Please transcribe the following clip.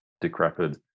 decrepit